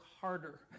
harder